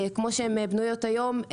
כפי שבנויות היום,